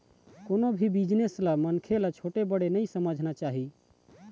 कोनो भी बिजनेस ल मनखे ल छोटे बड़े नइ समझना चाही